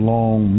Long